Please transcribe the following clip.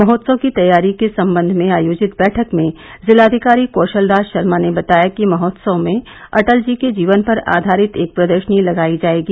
महोत्सव की तैयारी के सम्बन्ध में आयोजित बैठक में जिलाधिकारी कौशलराज शर्मा ने बताया कि महोत्सव में अटल जी के जीवन पर आधारित एक प्रदर्शनी लगायी जायेगी